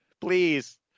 please